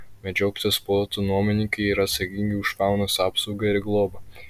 medžioklės plotų nuomininkai yra atsakingi už faunos apsaugą ir globą